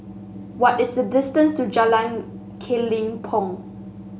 what is the distance to Jalan Kelempong